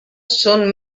són